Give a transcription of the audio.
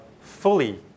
fully